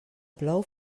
plou